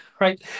right